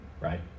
right